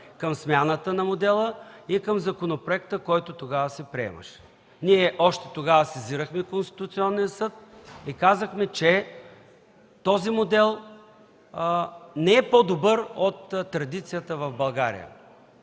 към смяната на модела и към законопроекта, който тогава се приемаше. Още тогава ние сезирахме Конституционния съд и казахме, че този модел не е по-добър от традицията в България.